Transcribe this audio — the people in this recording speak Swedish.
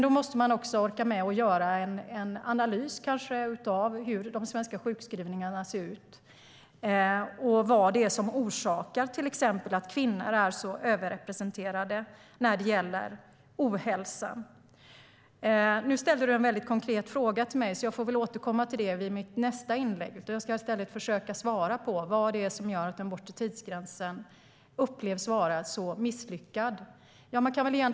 Då måste vi orka med att göra en analys av hur de svenska sjukskrivningarna ser ut och vad det är som orsakar att kvinnor är överrepresenterade när det gäller ohälsa. Johan Forssell ställde en konkret fråga till mig, och jag ska försöka svara på vad det är som gör att den bortre tidsgränsen upplevs som så misslyckad.